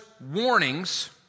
warnings